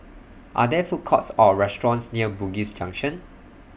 Are There Food Courts Or restaurants near Bugis Junction